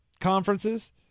conferences